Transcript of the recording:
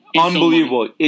Unbelievable